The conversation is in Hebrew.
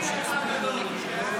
חוק קומבינה אחד גדול.